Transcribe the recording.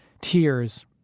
Tears